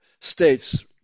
states